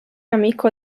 amico